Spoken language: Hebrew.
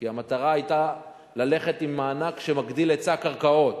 כי המטרה היתה ללכת עם מענק שמגדיל היצע קרקעות,